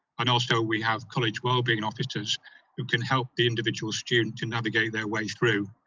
and also we have college well-being officers who can help the individual student to navigate their way through,